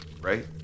Right